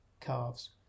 calves